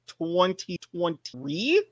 2023